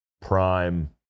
prime